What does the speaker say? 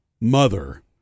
mother